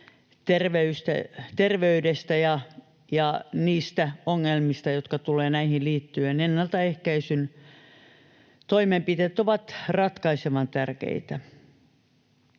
terveydestä ja niistä ongelmista, jotka tulevat näihin liittyen, ovat ratkaisevan tärkeitä.